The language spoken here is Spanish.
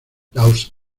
las